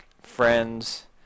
friends